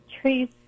trees